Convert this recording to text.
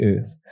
earth